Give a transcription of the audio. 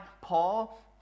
Paul